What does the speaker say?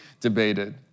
debated